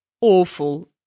Awful